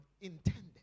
intended